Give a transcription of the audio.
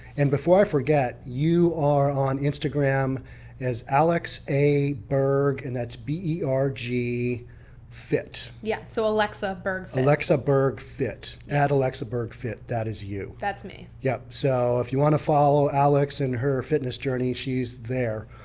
and before i forget, you are on instagram as alex a berg and that's b e r g fit. yeah, so alexa berg fit. alexa berg fit, add alexa berg fit. that is you. that's me. yep, so if you want to follow alex in her fitness journey, she's there.